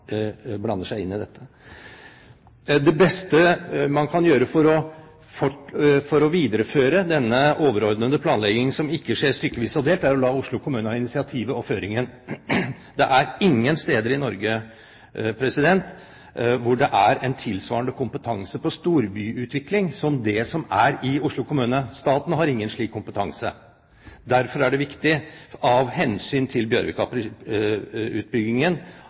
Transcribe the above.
blander seg inn i dette. Det beste man kan gjøre for å videreføre denne overordnede planleggingen som ikke skjer stykkevis og delt, er å la Oslo kommune ta initiativet og føringen. Det er ingen steder i Norge hvor det er tilsvarende kompetanse på storbyutvikling som det som er i Oslo kommune. Staten har ingen slik kompetanse. Derfor er det viktig av hensyn til